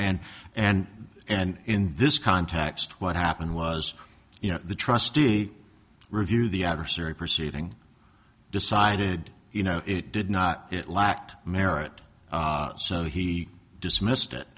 and and and in this context what happened was you know the trustee review the adversary proceeding decided you know it did not it lacked merit so he dismissed it